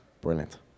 brilliant